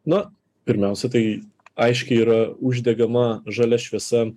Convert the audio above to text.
nu pirmiausia tai aiški yra uždegama žalia šviesa ant